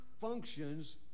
functions